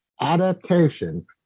adaptation